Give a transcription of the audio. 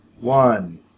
One